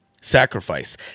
Sacrifice